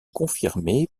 confirmées